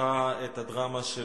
ממשיכה את הדרמה של